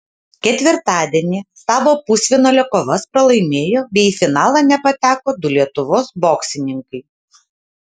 ketvirtadienį savo pusfinalio kovas pralaimėjo bei į finalą nepateko du lietuvos boksininkai